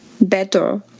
better